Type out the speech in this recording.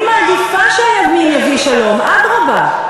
אני מעדיפה שהימין יביא שלום, אדרבה.